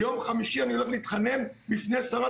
יום חמישי אני הולך להתחנן בפני ועדת